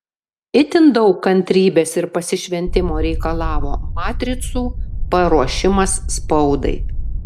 itin daug kantrybės ir pasišventimo reikalavo matricų paruošimas spaudai